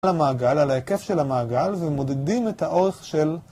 על המעגל, על ההיקף של המעגל, ומודדים את האורך של...